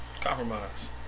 Compromise